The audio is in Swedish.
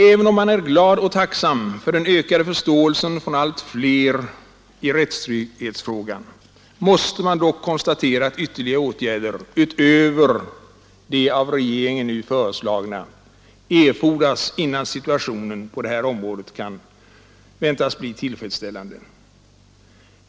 Även om man är glad och tacksam för den ökade förståelsen från allt fler i rättstrygghetsfrågan, måste man dock konstatera att ytterligare åtgärder utöver de av regeringen föreslagna erfordras innan situationen på detta område kan anses tillfredsställande.